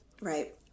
Right